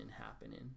happening